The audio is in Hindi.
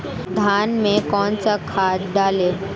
धान में कौन सा खाद डालें?